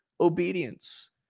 obedience